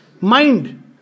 mind